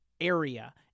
area